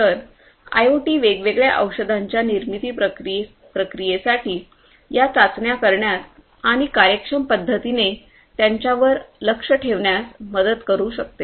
तर आयओटी वेगवेगळ्या औषधांच्या निर्मिती प्रक्रियेसाठी या चाचण्या करण्यात आणि कार्यक्षम पद्धतीने त्यांच्यावर लक्ष ठेवण्यास मदत करू शकते